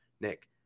Nick